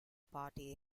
party